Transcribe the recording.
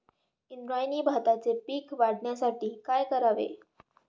इंद्रायणी भाताचे पीक वाढण्यासाठी काय करावे?